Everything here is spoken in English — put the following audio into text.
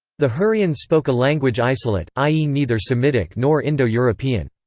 the hurrians spoke a language isolate, i e. neither semitic nor indo-european.